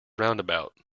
roundabout